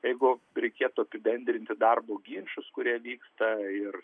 jeigu reikėtų apibendrinti darbo ginčus kurie vyksta ir